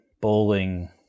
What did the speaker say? bowling